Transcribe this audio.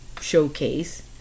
showcase